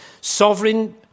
sovereign